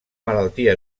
malaltia